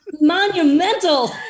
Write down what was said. monumental